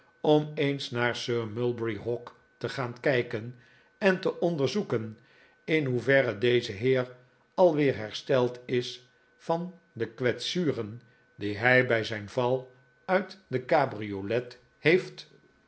om eens naar sir mulberry hawk te gaan kijken en te onderzoeken in hoeverre deze heer alweer hersteld is van de kwetsuren die hij bij zijn val uit de cabriolet heeft